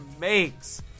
makes